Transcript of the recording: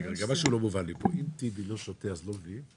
משהו לא מובן לי פה: אם טיבי לא שותה לא מביאים?